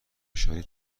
نشانی